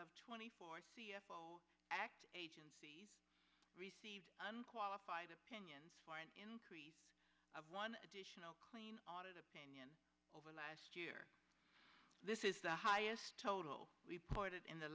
of twenty four c f o act agencies received unqualified opinions for an increase of one additional clean audit opinion over last year this is the highest total reported in the